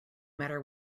matter